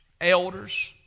elders